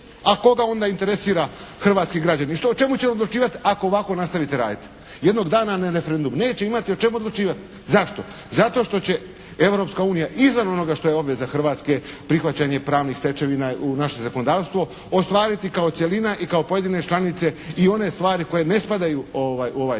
A koga onda interesira hrvatski građanin i što, o čemu će odlučivati ako ovako nastavite raditi? Jednog dana na referendumu neće imati o čemu odlučivati. Zašto? Zato što će Europska unija izvan onoga što je obveza Hrvatske prihvaćanje pravnih stečevina u naše zakonodavstvo ostvariti kao cjelina i kao pojedine članice i one stvari koje ne spadaju u ovaj dio.